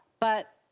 but